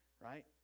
right